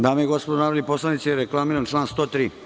Dame i gospodo narodni poslanici, reklamiram član 103.